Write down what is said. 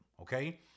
okay